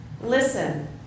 Listen